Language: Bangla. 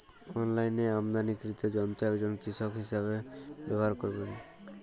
অনলাইনে আমদানীকৃত যন্ত্র একজন কৃষক কিভাবে ব্যবহার করবেন?